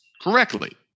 correctly